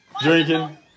Drinking